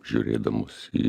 žiūrėdamos į